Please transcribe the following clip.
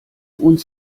uns